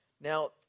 Now